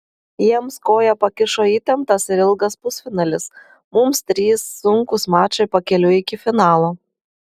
jiems koją pakišo įtemptas ir ilgas pusfinalis mums trys sunkūs mačai pakeliui iki finalo